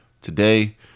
today